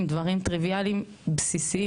דברים טריוויאליים בסיסיים,